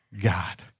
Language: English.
God